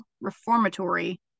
reformatory